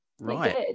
right